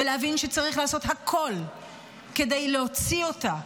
ולהבין שצריך לעשות הכול כדי להוציא אותה,